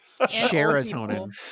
Serotonin